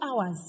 hours